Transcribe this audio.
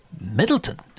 Middleton